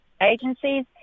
agencies